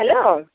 hello